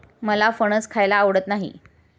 मला फणस खायला आवडत नाही